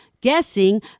guessing